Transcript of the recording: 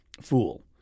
fool